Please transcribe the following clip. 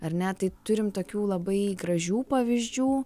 ar ne tai turim tokių labai gražių pavyzdžių